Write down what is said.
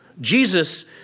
Jesus